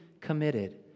committed